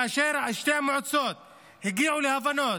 ושתי המועצות הגיעו להבנות,